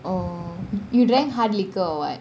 oh y~ you drank hard liquor or what